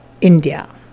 India